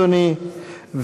אדוני,